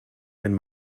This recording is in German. wenn